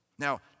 Now